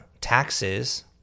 taxes